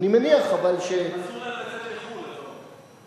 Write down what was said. אני מניח, אבל, אסור להם לצאת לחו"ל, אתה אומר.